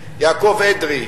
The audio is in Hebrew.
יעקב אדרי,